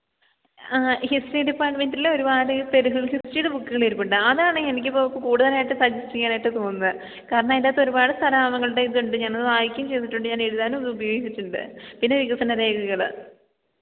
ആ ഹിസ്ട്രീ ഡിപ്പാര്ട്ട്മെന്റിൽ ഒരുപാട് ഈ ടെറിബിൾ ഹിസ്ട്രീടെ ബുക്കുകളിരിപ്പുണ്ട് അതാണ് എനിക്കിപ്പം കൂടുതലായിട്ട് സജസ്റ്റ് ചെയ്യാനായിട്ട് തോന്നുന്നത് കാരണം അതിൻറ്റകത്തൊരുപാട് സ്ഥലനാമങ്ങളുടെ ഇതുണ്ട് ഞാനത് വായിക്കുകയും ചെയ്തിട്ടുണ്ട് ഞാനെഴുതാനും അതുപയോഗിച്ചിട്ടുണ്ട് പിന്നെ വികസനരേഖകൾ